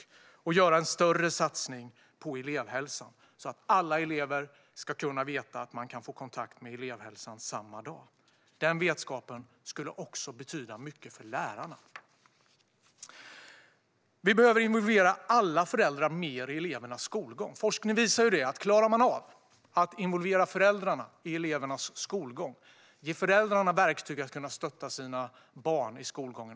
Vi vill också göra en större satsning på elevhälsan, så att alla elever ska kunna veta att det går att få kontakt med elevhälsan samma dag. Den vetskapen skulle också betyda mycket för lärarna. Alla föräldrar behöver involveras mer i elevernas skolgång. Forskning visar att man lyckas bättre om man klarar av att involvera föräldrarna i elevernas skolgång, ger föräldrarna verktyg att kunna stötta sina barn i skolgången.